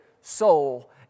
soul